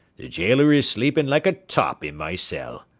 the gaoler is sleeping like a top in my cell.